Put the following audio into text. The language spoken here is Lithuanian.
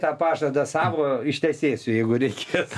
tą pažadą savo ištesėsiu jeigu reikės